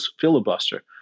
filibuster